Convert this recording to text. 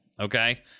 Okay